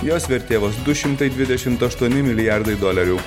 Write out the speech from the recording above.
jos vertė vos du šimtai dvidešimt aštuoni milijardai dolerių